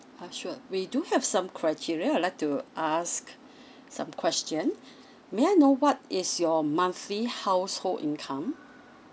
uh sure we do have some criteria I'd like to ask some questions may I know what is your monthly household income